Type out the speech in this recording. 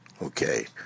Okay